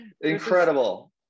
Incredible